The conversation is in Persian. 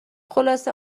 خلاصه